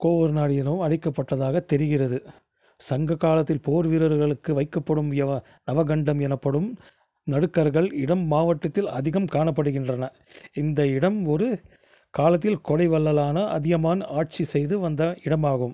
கோவூர் நாடு எனவும் அழைக்கப்பட்டதாக தெரிகிறது சங்ககாலத்தில் போர் வீரர்களுக்கு வைக்கப்படும் யவ நவகண்டம் எனப்படும் நடுக்கர்கள் இடம் மாவட்டத்தில் அதிகம் காணப்படுகின்றன இந்த இடம் ஒரு காலத்தில் கொடை வள்ளலான அதியமான் ஆட்சி செய்து வந்த இடமாகும்